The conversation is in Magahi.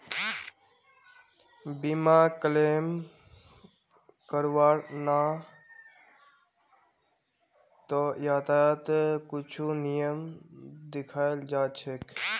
बीमाक क्लेम करवार त न यहात कुछु नियम दियाल जा छेक